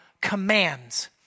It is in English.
commands